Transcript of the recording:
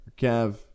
Kev